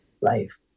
life